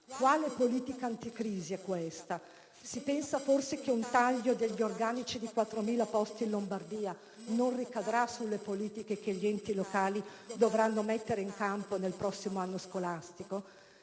Quale politica anticrisi è questa? Si pensa forse che un taglio degli organici di 4.000 posti in Lombardia non ricadrà sulle politiche che gli enti locali dovranno mettere in campo nel prossimo anno scolastico?